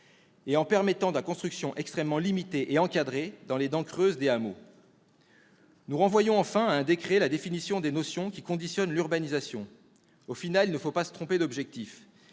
et en autorisant la construction extrêmement limitée et encadrée dans les dents creuses des hameaux. Nous renvoyons à un décret la définition des notions qui conditionnent l'urbanisation. Au final, il ne faut pas se tromper d'objectif.